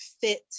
fit